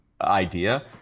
idea